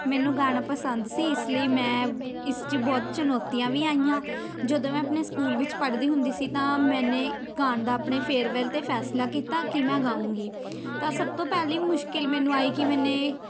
ਮੈਨੂੰ ਗਾਣਾ ਪਸੰਦ ਸੀ ਇਸ ਲਈ ਮੈਂ ਇਸ 'ਚ ਬਹੁਤ ਚੁਣੌਤੀਆਂ ਵੀ ਆਈਆਂ ਜਦੋਂ ਮੈਂ ਆਪਣੇ ਸਕੂਲ ਵਿੱਚ ਪੜ੍ਹਦੀ ਹੁੰਦੀ ਸੀ ਤਾਂ ਮੈਨੇ ਗਾਉਣ ਦਾ ਆਪਣੇ ਫੇਅਰਵੈੱਲ 'ਤੇ ਫੈਸਲਾ ਕੀਤਾ ਕਿ ਮੈਂ ਗਾਊਂਗੀ ਤਾਂ ਸਭ ਤੋਂ ਪਹਿਲੀ ਮੁਸ਼ਕਿਲ ਮੈਨੂੰ ਆਈ ਕਿ ਮੈਨੇ